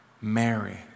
Mary